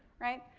right.